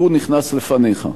והוא נכנס לפניך.